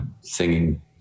singing